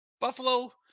Buffalo